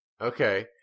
Okay